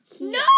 No